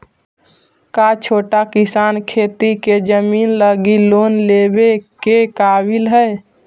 का छोटा किसान खेती के जमीन लगी लोन लेवे के काबिल हई?